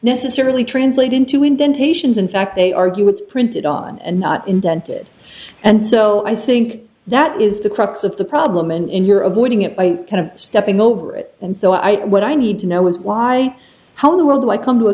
necessarily translate into indentations in fact they argue it's printed on and not indented and so i think that is the crux of the problem and in your avoiding it by kind of stepping over it and so i what i need to know is why how in the world i come to a